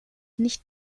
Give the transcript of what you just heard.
nicht